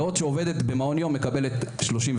בעוד שעובדת במעון יום מקבלת 35,